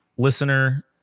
listener